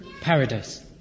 paradise